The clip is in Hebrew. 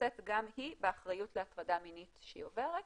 נושאת גם היא באחריות להטרדה המינית שהיא עוברת,